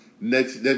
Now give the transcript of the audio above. Next